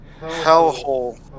hellhole